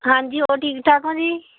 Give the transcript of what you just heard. ਹਾਂਜੀ ਹੋਰ ਠੀਕ ਠਾਕ ਹੋ ਜੀ